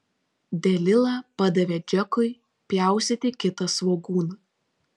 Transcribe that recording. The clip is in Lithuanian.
delila padavė džekui pjaustyti kitą svogūną